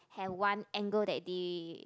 have one angle that day